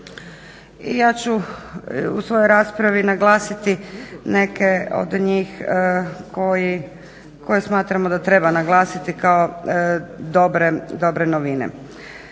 ja ću u svojoj raspravi naglasiti neke od njih koje smatramo da treba naglasiti kao dobre novine.